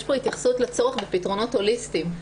פה התייחסות לצורך בפתרונות הוליסטיים,